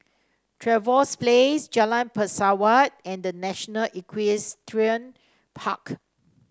Trevose Place Jalan Pesawat and The National Equestrian Park